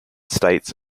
states